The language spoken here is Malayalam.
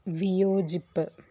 വിയോജിപ്പ്